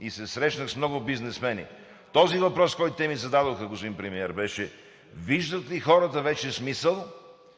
и се срещнах с много бизнесмени, този въпрос, който те ми задаваха, господин Премиер, беше виждат ли хората вече смисъл